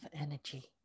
energy